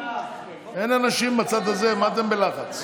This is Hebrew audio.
אין אנשים בצד הזה, מה אתם בלחץ?